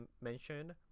mentioned